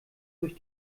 durch